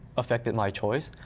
affected my choice.